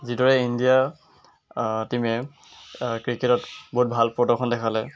যিদৰে ইণ্ডিয়া টীমে ক্ৰিকেটত বহুত ভাল প্ৰদৰ্শন দেখালে